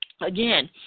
again